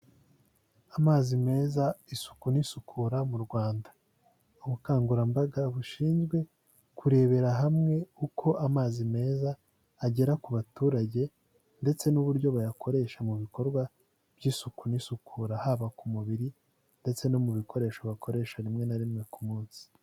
Amazi meza, isuku n'isukura mu Rwanda. Ubukangurambaga bushinzwe kurebera hamwe uko amazi meza agera ku baturage, ndetse n'uburyo bayakoresha mu bikorwa by'isuku n'isukura haba ku mubiri, ndetse no mu bikoresho bakoresha rimwe na rimwe ku munsi.